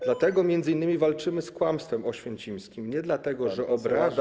Dlatego m.in. walczymy z kłamstwem oświęcimskim, nie dlatego że obraża.